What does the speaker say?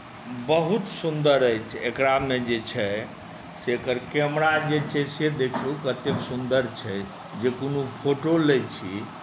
बहुत सुन्दर अछि एकरामे जे छै से एकर कैमरा जे छै से देखियौ कतेक सुन्दर छै जे कोनो फोटो लैत छी